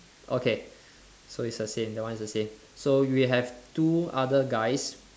okay so it's the same that one is the same so we have two other guys